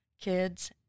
kids